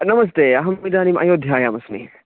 नमस्ते अहम् इदानीम् अयोध्यायामस्मि